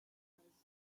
listeners